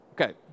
Okay